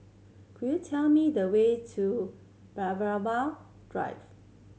could you tell me the way to Drive